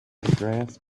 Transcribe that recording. andreas